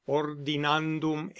ordinandum